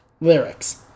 Lyrics